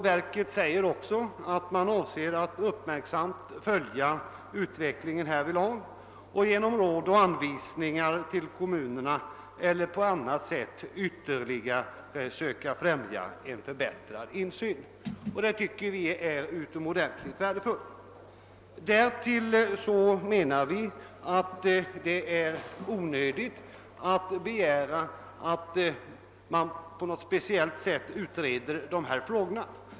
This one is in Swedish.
Verket säger också att man avser att uppmärksamt följa utvecklingen och genom råd och anvisningar till kommunerna eller på annat sätt ytterligare försöka främja förbättrad insyn. Detta tycker vi är utomordentligt värdefullt. Därtill menar vi att det är onödigt att begära en utredning speciellt av dessa frågor.